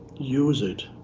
use it,